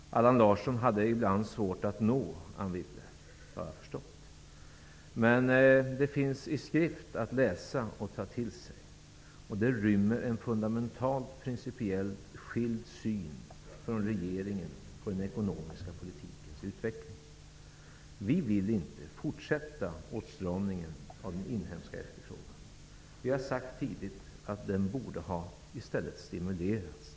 Jag har förstått att Allan Larsson ibland hade svårt att nå Anne Wibble. Vår politik finns alltså redovisad i skrift att läsa och ta till sig, och den bygger på en i förhållande till regeringspolitiken principiellt och fundamentalt skild syn på den ekonomiska politikens utveckling. Vi vill inte fortsätta åtstramningen av den inhemska efterfrågan. Vi har tidigt sagt att den inhemska efterfrågan i stället borde ha stimulerats.